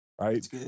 right